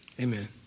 amen